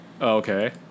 Okay